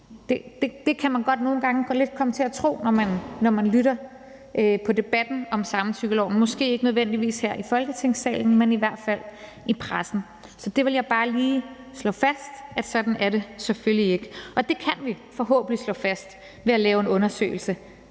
Det kan man godt nogle gange komme til at tro, når man lytter på debatten om samtykkeloven. Måske ikke nødvendigvis her i Folketingssalen, men i hvert fald i pressen. Så det vil jeg bare lige slå fast, altså at det selvfølgelig ikke er sådan, og det kan vi forhåbentlig slå fast ved at lave en undersøgelse